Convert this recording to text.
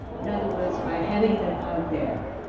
in other words, by having them out there,